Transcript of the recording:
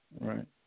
right